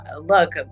look